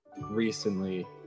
recently